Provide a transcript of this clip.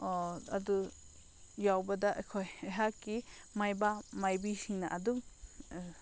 ꯑꯗꯨ ꯌꯥꯎꯕꯗ ꯑꯩꯈꯣꯏ ꯑꯩꯍꯥꯛꯀꯤ ꯃꯥꯏꯕ ꯃꯥꯏꯕꯤꯁꯤꯡꯅ ꯑꯗꯨꯝ